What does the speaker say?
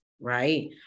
right